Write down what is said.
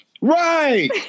right